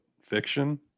fiction